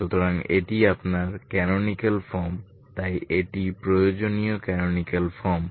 সুতরাং এটি আপনার ক্যানোনিকাল ফর্ম তাই এটি প্রয়োজনীয় ক্যানোনিকাল ফর্ম